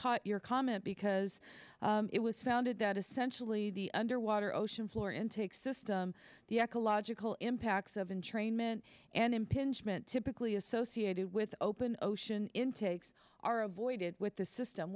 caught your comment because it was founded that essentially the underwater ocean floor intake system the ecological impacts of an trainmen an impingement typically associated with ocean intakes are avoided with the system